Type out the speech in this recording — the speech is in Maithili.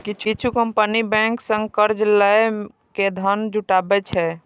किछु कंपनी बैंक सं कर्ज लए के धन जुटाबै छै